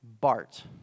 Bart